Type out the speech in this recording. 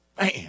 Man